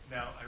Now